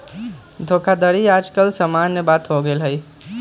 धोखाधड़ी याज काल समान्य बात हो गेल हइ